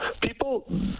people